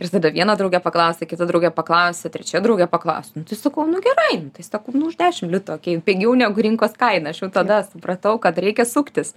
ir tada viena draugė paklausė kita draugė paklausė trečia draugė paklausė sakau nu gerai tai sakau nu už dešimt litų okei pigiau negu rinkos kaina aš jau tada supratau kad reikia suktis